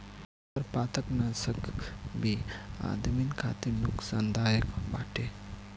खरपतवारनाशक भी आदमिन खातिर नुकसानदायक बाटे